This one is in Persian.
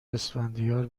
اسفندیار